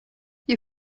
you